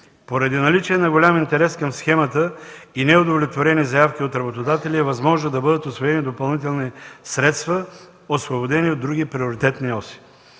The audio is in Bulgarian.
Поради наличие на голям интерес към схемата и неудовлетворени заявки от работодателя е възможно да бъдат усвоени допълнителни средства, освободени от други приоритетни оси.